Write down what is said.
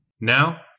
Now